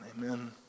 amen